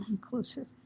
closer